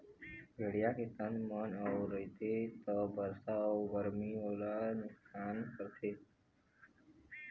भेड़िया के तन म ऊन रहिथे त बरसा अउ गरमी म ओला नुकसानी करथे